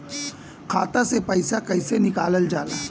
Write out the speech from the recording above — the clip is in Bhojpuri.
खाता से पैसा कइसे निकालल जाला?